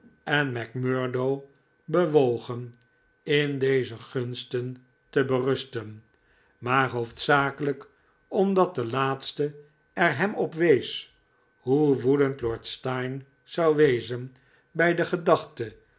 en macmurdo bewogen in deze gunsten te berusten maar hoofdzakelijk omdat de laatste er hem op wees hoe woedend lord steyne zou wezen bij de gedachte